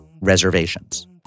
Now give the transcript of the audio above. Reservations